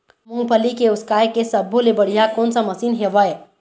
मूंगफली के उसकाय के सब्बो ले बढ़िया कोन सा मशीन हेवय?